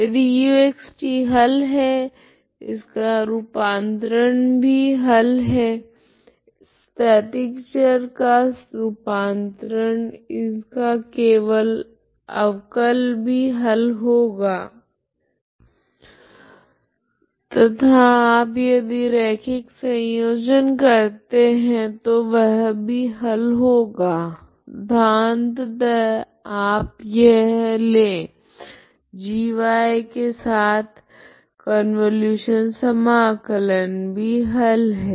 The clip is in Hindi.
यदि uxt हल है इनका रूपान्तरण भी हल है स्थैतिक चर का रूपान्तरण इनका अवकल भी हल होगा तथा आप यदि रेखिक सायोजन करते है तो वह भी हल होगा तथा अंततः आप यह ले g के साथ कोंवोलुशन समाकलन भी हल है